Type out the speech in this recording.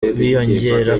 biyongera